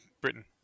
Britain